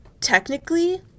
technically